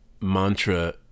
mantra